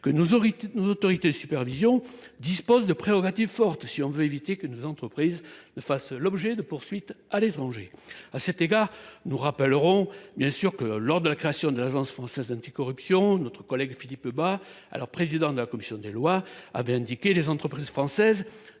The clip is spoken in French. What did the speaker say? que nos autorités de supervision disposent de prérogatives fortes, si l’on veut éviter que nos entreprises ne fassent l’objet de poursuites à l’étranger. Je rappelle à cet égard que, lors de la création de l’Agence française anticorruption, notre collègue Philippe Bas, alors président de notre commission des lois, avait indiqué que les entreprises françaises